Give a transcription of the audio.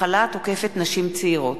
מחלה התוקפת נשים צעירות,